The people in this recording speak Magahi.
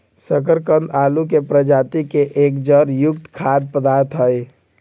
शकरकंद आलू के प्रजाति के एक जड़ युक्त खाद्य पदार्थ हई